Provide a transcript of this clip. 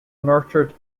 nurtured